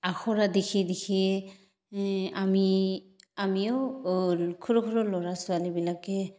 আখৰা দেখি দেখি আমি আমিও সৰু সৰু ল'ৰা ছোৱালীবিলাকে